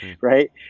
Right